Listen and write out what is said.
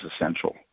essential